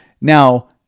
Now